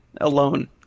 alone